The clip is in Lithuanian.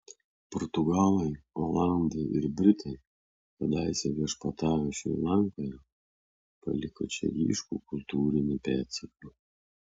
portugalai olandai ir britai kadaise viešpatavę šri lankoje paliko čia ryškų kultūrinį pėdsaką